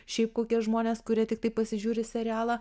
šiaip kokie žmonės kurie tiktai pasižiūri serialą